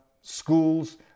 schools